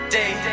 day